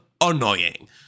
annoying